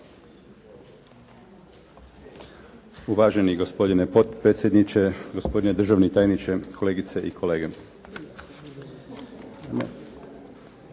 Uvaženi gospodine potpredsjedniče, gospodine državni tajniče, kolegice i kolege. Mi